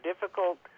difficult